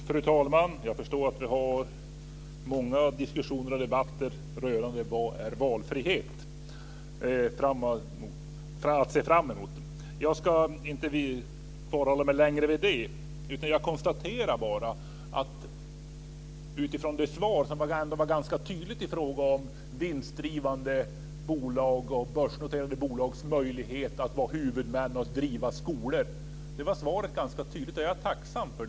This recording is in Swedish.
Fru talman! Jag förstår att vi har många diskussioner och debatter rörande valfrihet att se fram emot. Jag ska inte bli kvar längre vid det, utan jag konstaterar bara att svaret var ganska tydligt i fråga om vinstdrivande och börsnoterade bolags möjlighet att vara huvudmän och driva skolor. Det är jag tacksam för.